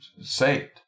saved